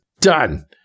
Done